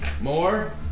More